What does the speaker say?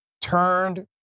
turned